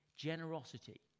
generosity